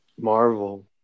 Marvel